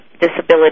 disability